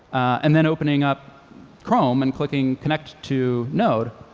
and then opening up chrome and clicking connect to node,